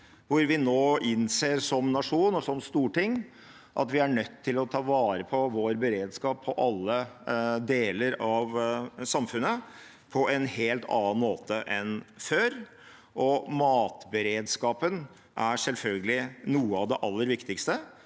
vi som nasjon og som storting nå innser at vi er nødt til å ta vare på vår beredskap i alle deler av samfunnet på en helt annen måte enn før. Matberedskapen er selvfølgelig noe av det aller viktigste.